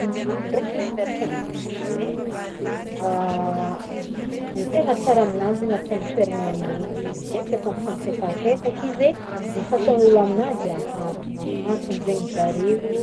Dingolo ndraiky, miaraka amy dingolo ley ny tegna tsara aminanjy atao amy toeragna megny zegny, tsy atao mipetapetaky izy e, ny fataogn'ny olo aminanjy ahantogna- ahantogny zegny zareo,